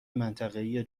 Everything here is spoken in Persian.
منطقهای